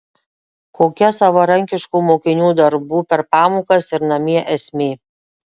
kokia savarankiškų mokinių darbų per pamokas ir namie esmė